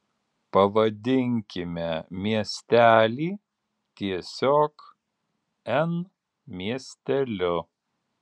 pavadinkime miestelį tiesiog n miesteliu